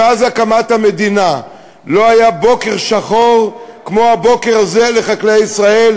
מאז הקמת המדינה לא היה בוקר שחור כמו הבוקר הזה לחקלאי ישראל,